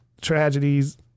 tragedies